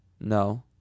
No